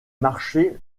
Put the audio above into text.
marcher